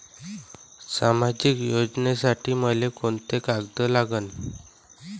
सामाजिक योजनेसाठी मले कोंते कागद लागन?